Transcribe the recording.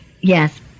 yes